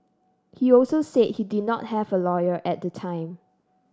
he also said he did not have a lawyer at the time